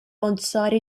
alongside